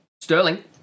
Sterling